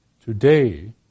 today